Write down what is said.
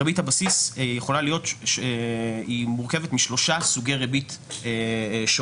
ריבית הבסיס מורכבת משלושה סוגי ריבית שוני.